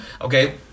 Okay